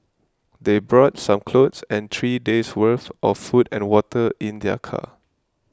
they brought some clothes and three days' worth of food and water in their car